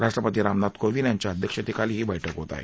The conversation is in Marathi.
राष्ट्रपती रामनाथ कोविंद यांच्या अध्यक्षतेखाली ही बैठक होणार आहे